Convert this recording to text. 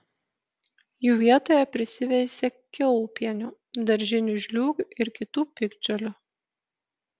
jų vietoje prisiveisia kiaulpienių daržinių žliūgių ir kitų piktžolių